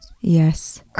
yes